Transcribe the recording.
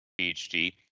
PhD